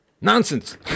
nonsense